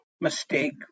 mistake